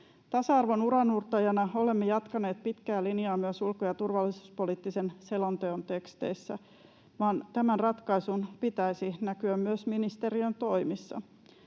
Tasa-arvon uranuurtajana olemme jatkaneet pitkää linjaa myös ulko- ja turvallisuuspoliittisen selonteon teksteissä, mutta tämän ratkaisun pitäisi näkyä myös ministeriön toimissa.